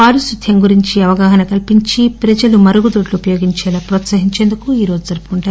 పారిశుద్ధ్యం గురించి అవగాహన కల్పించి ప్రజలు మరుగుదొడ్లు ఉపయోగించేలా ప్రోత్పహించేందుకు ఈరోజు జరుపుకుంటారు